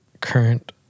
current